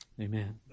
Amen